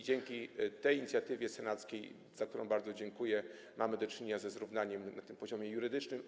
Dzięki tej inicjatywie senackiej, za którą bardzo dziękuję, mamy do czynienia ze zrównaniem na poziomie jurydycznym.